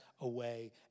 away